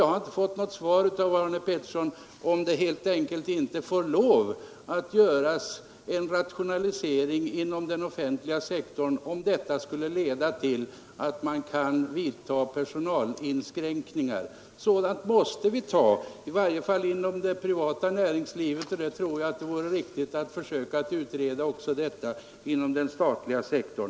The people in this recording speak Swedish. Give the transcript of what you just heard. Jag har inte fått något svar av Arne Pettersson på frågan om det helt enkelt inte får lov att göras en rationalisering inom den offentliga sektorn, om detta skulle leda till att man kan företa personalinskränkningar. Sådant måste vi ta, i varje fall inom det privata näringslivet, och jag tror det vore riktigt att försöka utreda frågan om rationalisering också inom den statliga sektorn.